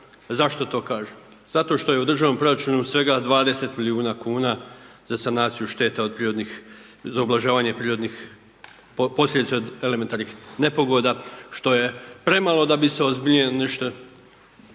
Zašto to kažem? Zato što je u državnom proračunu svega 20 milijuna kuna za ublažavanje posljedica od elementarnih nepogoda što je premalo da bi se ozbiljnije